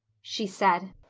she said.